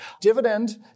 Dividend